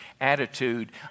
attitude